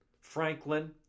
Franklin